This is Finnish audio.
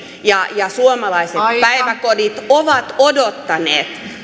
ja suomalaiset päiväkodit ovat odottaneet